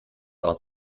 aus